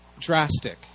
drastic